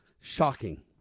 shocking